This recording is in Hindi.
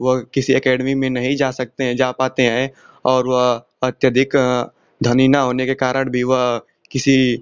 वह किसी अकैडमी में नहीं जा सकते हैं जा पाते हैं और वह अत्यधिक धनी न होने के कारण भी वह किसी